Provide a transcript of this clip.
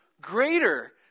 greater